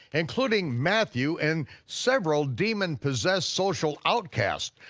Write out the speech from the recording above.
including matthew and several demon-possessed social outcasts,